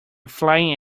flying